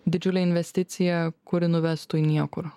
didžiulė investicija kuri nuvestų į niekur